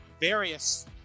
various